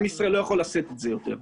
אם ישראל לא יכול לשאת את זה יותר.